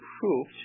approved